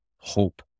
hope